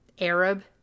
Arab